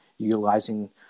utilizing